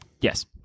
Yes